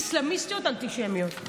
אסלאמיסטיות אנטישמיות.